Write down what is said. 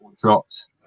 drops